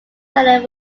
mellon